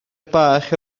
bach